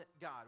God